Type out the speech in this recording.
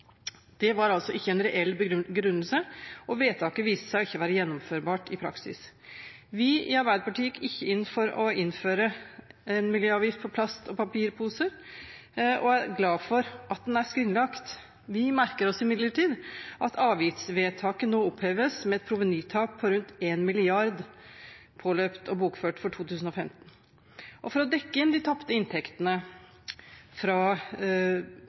Det var altså ikke en reell begrunnelse, og vedtaket viste seg ikke å være gjennomførbart i praksis. Vi i Arbeiderpartiet gikk ikke inn for å innføre en miljøavgift på plast- og papirposer og er glad for at den er skrinlagt. Vi merker oss imidlertid at avgiftsvedtaket nå oppheves med et provenytap på rundt 1 mrd. kr, påløpt og bokført for 2015. For å dekke inn de tapte inntektene fra